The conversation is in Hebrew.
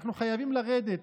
אנחנו חייבים לרדת,